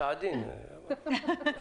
--- יש